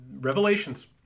revelations